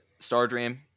Stardream